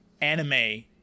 anime